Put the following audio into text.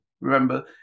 remember